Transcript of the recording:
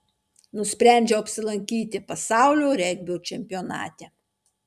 nusprendžiau apsilankyti pasaulio regbio čempionate